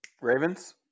Ravens